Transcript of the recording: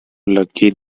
lucky